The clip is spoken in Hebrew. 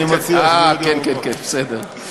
אני מציע, אה, כן, כן, כן, בסדר.